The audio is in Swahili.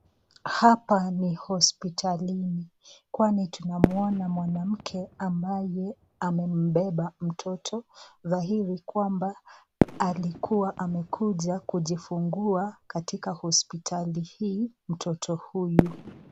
Hapa ni hospitalini kwani tunaona mwanamke ambaye amembeba mtoto dhahiri kwamba alikuwa amekuja kujifungua katika hospitali hii mtoto huyu.